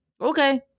okay